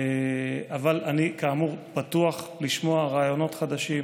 אבל אני כאמור פתוח לשמוע רעיונות חדשים,